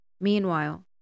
Meanwhile